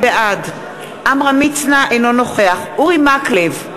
בעד עמרם מצנע, אינו נוכח אורי מקלב,